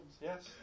Yes